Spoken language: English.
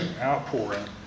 outpouring